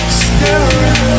staring